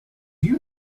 you